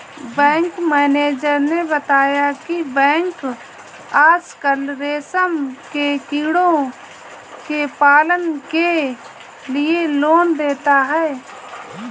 bank manager ने बताया की बैंक आजकल रेशम के कीड़ों के पालन के लिए लोन देता है